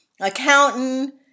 accountant